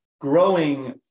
growing